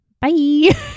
Bye